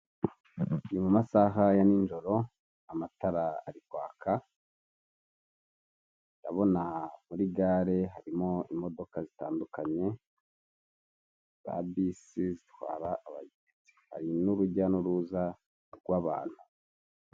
Mu masaha ya nijoro amatara ari kwaka ndabona muri gare harimo imodoka zitandukanye za bisi zitwara abagenzi hari n'urujya n'uruza rw'abantu.